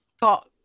got